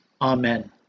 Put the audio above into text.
Amen